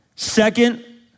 Second